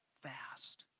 fast